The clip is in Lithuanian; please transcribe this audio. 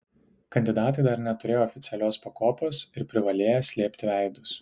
kandidatai dar neturėję oficialios pakopos ir privalėję slėpti veidus